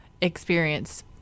experience